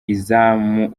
izamu